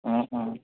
অঁ অঁ